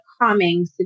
calming